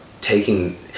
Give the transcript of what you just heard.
taking